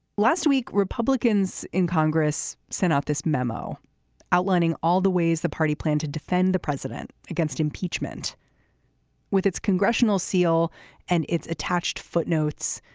last week republicans in congress sent out this memo outlining all the ways the party planned to defend the president against impeachment with its congressional seal and its attached footnotes.